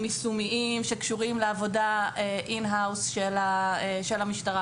יישומיים שקשורים לעבודה אין-האוס של המשטרה.